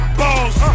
balls